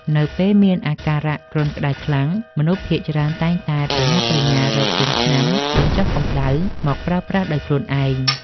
នៅពេលមានអាការៈគ្រុនក្តៅខ្លាំង មនុស្សភាគច្រើនតែងតែប្រញាប់ប្រញាល់រកទិញថ្នាំបញ្ចុះកម្តៅមកប្រើប្រាស់ដោយខ្លួនឯង។